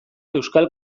euskal